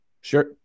Sure